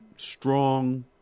strong